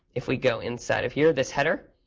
if we go inside of here, this header,